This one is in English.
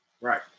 Right